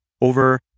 over